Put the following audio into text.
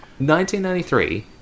1993